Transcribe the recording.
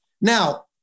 Now